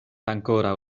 ankoraŭ